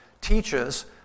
teaches